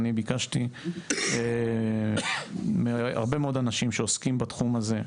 אני ביקשתי מהרבה מאוד אנשים שעוסקים בתחום הזה,